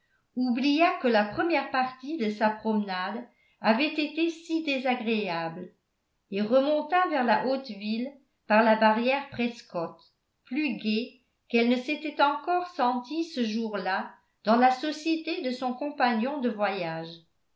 oublia que la première partie de sa promenade avait été si désagréable et remonta vers la haute ville par la barrière prescott plus gaie qu'elle ne s'était encore sentie ce jour-là dans la société de son compagnon de voyage